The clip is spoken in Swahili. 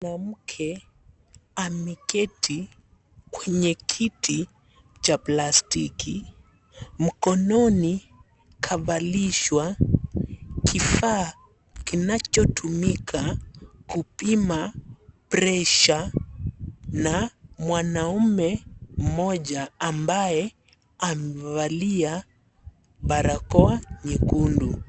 Mwanamke ameketi kwenye kiti cha plastiki. Mkononi, kavalishwa kifaa kinachotumika kupima (Pressure) na mwanaume mmoja ambaye amevalia barakoa nyekundu.